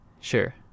Sure